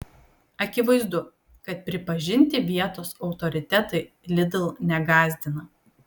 akivaizdu kad pripažinti vietos autoritetai lidl negąsdina